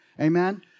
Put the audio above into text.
Amen